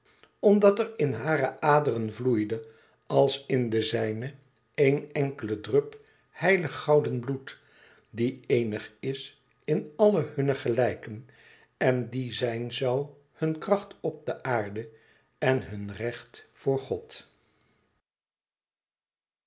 omdat er in hare aderen vloeide als in de zijne één enkele druppel heilig gouden bloed die eenig is in alle e ids aargang hunne gelijken en die zijn zoû hun kracht op de aarde en hun recht voor god